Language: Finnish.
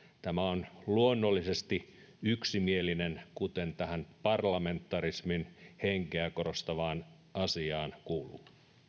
tämä on luonnollisesti yksimielinen kuten tähän parlamentarismin henkeä korostavaan asiaan kuuluu